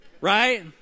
right